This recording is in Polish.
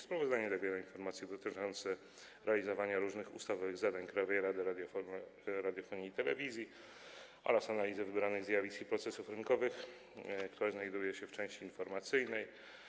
Sprawozdanie zawiera informacje dotyczące realizowania różnych ustawowych zadań Krajowej Rady Radiofonii i Telewizji oraz analizę wybranych zjawisk i procesów rynkowych, która znajduje się w części informacyjnej.